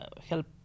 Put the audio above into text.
help